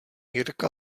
jirka